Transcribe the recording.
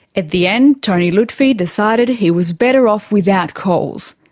at the end, tony lutfi decided he was better off without coles.